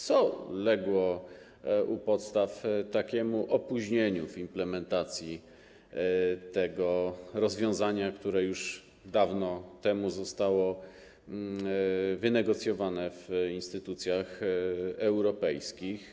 Co legło u podstaw takiego opóźnienia implementacji tego rozwiązania, które już dawno temu zostało wynegocjowane w instytucjach europejskich?